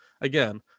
Again